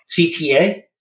CTA